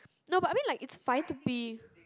no but I mean like it's fine to be